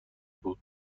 بود